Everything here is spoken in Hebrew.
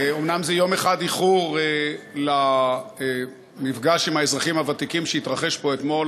אומנם זה יום אחד איחור למפגש עם האזרחים הוותיקים שהתרחש פה אתמול,